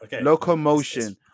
Locomotion